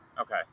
okay